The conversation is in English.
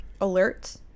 alerts